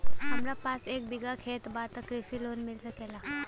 हमरा पास एक बिगहा खेत बा त कृषि लोन मिल सकेला?